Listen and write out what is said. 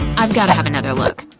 i've gotta have another look.